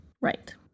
Right